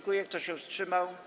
Kto się wstrzymał?